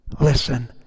listen